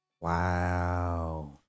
Wow